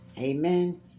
Amen